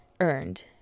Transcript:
earned